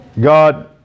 God